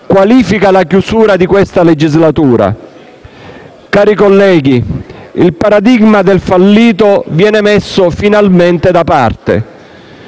così come la chiusura di questa legislatura. Cari colleghi, il paradigma del fallito viene messo finalmente da parte: